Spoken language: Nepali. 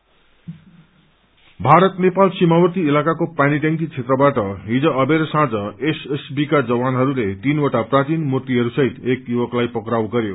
ईन्सीडेन्ट ीाारत नेपाल सीमाावर्ती इलाकाको पानीटयांकी क्षेत्राबाट हिज अबेर साँझ एसएसबी का जवानहरूले तीनवटा प्राचीन मूर्तिहरूसहित युवकलाई पक्राउ गरयो